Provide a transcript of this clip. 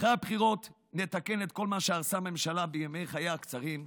אחרי הבחירות נתקן את כל מה שהרסה הממשלה בימי חייה הקצרים.